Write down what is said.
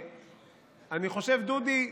אני חושב, דודי,